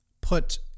put